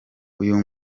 uyu